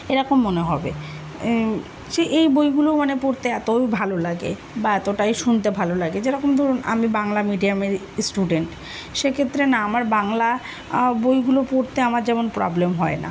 এরকম মনে হবে সে এই বইগুলো মানে পড়তে এতই ভালো লাগে বা এতটাই শুনতে ভালো লাগে যেরকম ধরুন আমি বাংলা মিডিয়ামের স্টুডেন্ট সেক্ষেত্রে না আমার বাংলা বইগুলো পড়তে আমার যেমন প্রবলেম হয় না